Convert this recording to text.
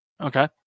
Okay